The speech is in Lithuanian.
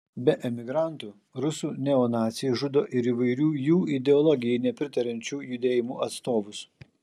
be emigrantų rusų neonaciai žudo ir įvairių jų ideologijai nepritariančių judėjimų atstovus